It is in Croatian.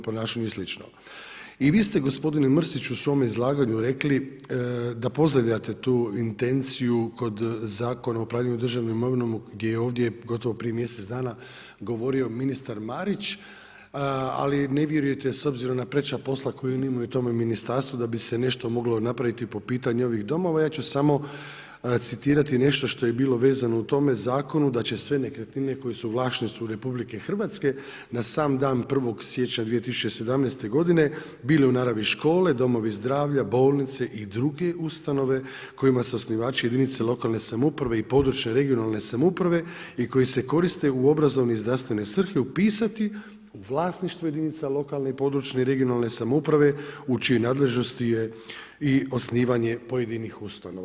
I vi ste gospodine Mrsić, u svom izlaganju rekli da pozdravljate tu intenciju kod Zakona o upravljanju državnom imovinom gdje je ovdje gotovo prije mjesec dana govorio ministar Marić, ali ne vjerujete s obzirom na preča posla koje oni imaju u tom ministarstvu da bi se nešto moglo napraviti po pitanju ovih domova, ja ću samo citirati nešto što je bilo vezano u tom zakonu, da će sve nekretnine koju su u vlasništvu RH, na sam dan 1. siječnja 2017. godine, bile u naravi škole, domovi zdravlja, bolnice i druge ustanove kojima su osnivači jedinice lokalne i područne (regionalne) samouprave i koji se koriste u obrazovne i znanstvene svrhe, upisati u vlasništvo jedinica lokalne i područne (regionalne) samouprave u čijoj nadležnosti je i osnivanje pojedinih ustanova.